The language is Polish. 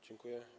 Dziękuję.